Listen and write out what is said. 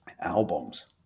albums